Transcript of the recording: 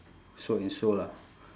so and so lah